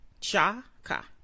Chaka